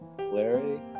Larry